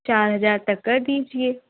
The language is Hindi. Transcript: चार हज़ार तक कर दीजिए